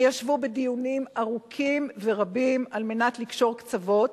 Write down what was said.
שישבו בדיונים ארוכים ורבים על מנת לקשור קצוות.